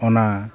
ᱚᱱᱟ